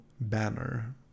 banner